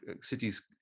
cities